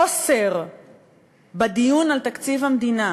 החוסר בדיון על תקציב המדינה